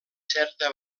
certa